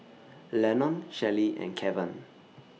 Lenon Shelly and Kevan